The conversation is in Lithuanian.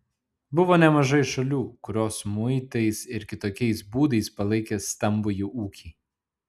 buvo nemažai šalių kurios muitais ir kitokiais būdais palaikė stambųjį ūkį